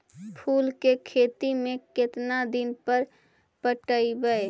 फूल के खेती में केतना दिन पर पटइबै?